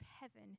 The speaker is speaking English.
heaven